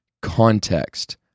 context